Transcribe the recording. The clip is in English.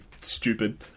stupid